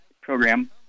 program